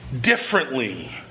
differently